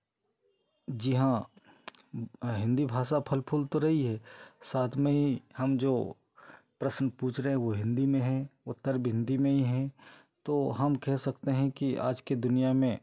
जी हाँ हिंदी भाषा फल फूल तो रही है साथ में ही हम जो प्रश्न पूछ रहे हैं वो हिंदी में है उत्तर भी हिंदी में ही है तो हम केह सकते हैं कि आज की दुनिया में